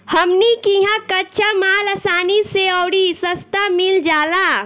हमनी किहा कच्चा माल असानी से अउरी सस्ता मिल जाला